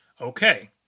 okay